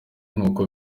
nk’uko